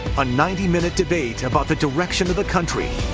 a ninety minute debate about the direction of the country.